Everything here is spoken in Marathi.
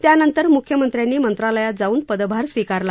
त्यानंतर मुख्यमंत्र्यांनी मंत्रालयात जावून पदभार स्वीकारला